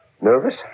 Nervous